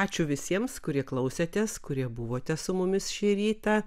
ačiū visiems kurie klausėtės kurie buvote su mumis šį rytą